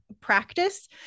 practice